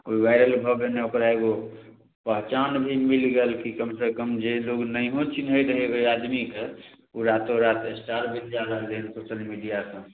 viral भऽ गेने ओकरा एगो पहचान भी मिलि गेल कि कमसँ कम जे लोक नहिओ चिन्है रहै आदमीके ओ रातिएराति एस्टार बनि जा रहलै हँ सोशल मीडिआके